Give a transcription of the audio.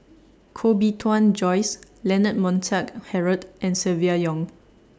Koh Bee Tuan Joyce Leonard Montague Harrod and Silvia Yong